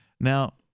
Now